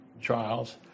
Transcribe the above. trials